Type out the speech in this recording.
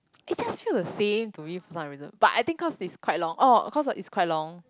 it just feel the same for me for some reason but I think cause it's quite long oh cause it's quite long